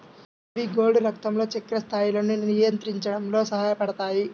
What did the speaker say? ivy gourd రక్తంలో చక్కెర స్థాయిలను నియంత్రించడంలో సహాయపడతాయి